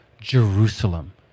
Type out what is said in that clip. Jerusalem